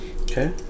Okay